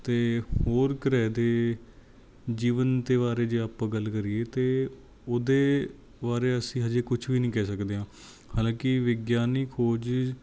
ਅਤੇ ਹੋਰ ਗ੍ਰਹਿ ਦੇ ਜੀਵਨ ਦੇ ਬਾਰੇ ਜੇ ਆਪਾਂ ਗੱਲ ਕਰੀਏ ਅਤੇ ਉਹਦੇ ਬਾਰੇ ਅਸੀਂ ਹਾਲੇ ਕੁਛ ਵੀ ਨਹੀਂ ਕਹਿ ਸਕਦੇ ਹਾਂ ਹਾਲਾਂਕਿ ਵਿਗਿਆਨੀ ਖੋਜ